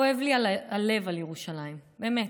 כואב לי הלב על ירושלים, באמת.